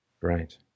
Right